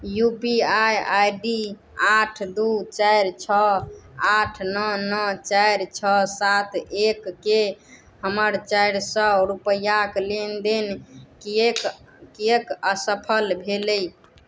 U P I I D आठ दुइ चारि छओ आठ नओ नओ चारि छओ सात एकके हमर चारि सओ रुपैआके लेनदेन किएक किएक असफल भेलै